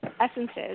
essences